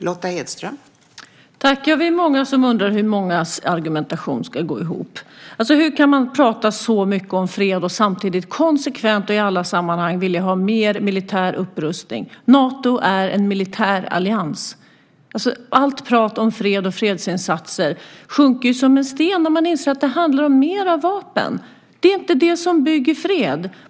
Fru talman! Ja, vi är många som undrar hur argumentationen ska gå ihop. Hur kan man tala så mycket om fred och samtidigt konsekvent och i alla sammanhang vilja ha mer militär upprustning? Nato är en militär allians. Allt tal om fred och fredsinsatser sjunker som en sten, och man inser att det handlar om mer vapen. Det är inte det som bygger fred.